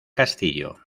castillo